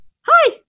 hi